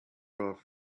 off